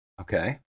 Okay